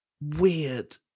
weird